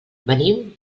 venim